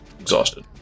exhausted